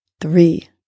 three